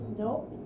nope